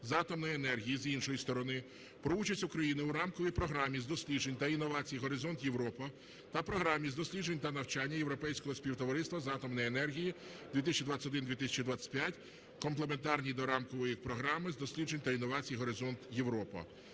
з атомної енергії, з іншої сторони, про участь України у Рамковій програмі з досліджень та інновацій "Горизонт Європа" та Програмі з досліджень та навчання Європейського співтовариства з атомної енергії (2021 - 2025), комплементарній до Рамкової програми з досліджень та інновацій "Горизонт Європа"